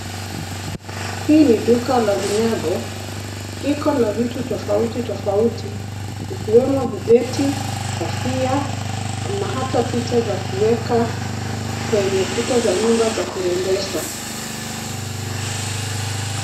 Hii ni duka la vinyango ikona vitu tofauti tofauti vikiwemo vibeti, kofia na ata picha za kuweka kwenye kuta za nyumba za kurembesha.